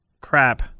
crap